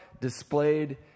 Displayed